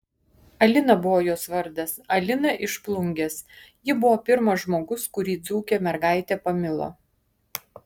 alina buvo jos vardas alina iš plungės ji buvo pirmas žmogus kurį dzūkė mergaitė pamilo